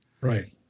Right